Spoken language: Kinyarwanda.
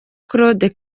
claude